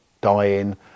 dying